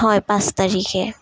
হয় পাঁচ তাৰিখে